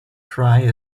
cry